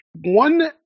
one